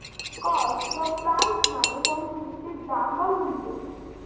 cost বা price মানে কোনো জিনিসের দাম বা মূল্য